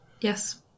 Yes